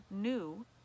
new